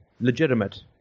legitimate